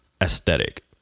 aesthetic